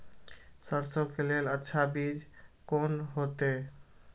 सरसों के लेल अच्छा बीज कोन होते?